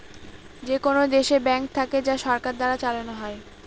যেকোনো দেশে ব্যাঙ্ক থাকে যা সরকার দ্বারা চালানো হয়